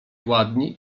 ładni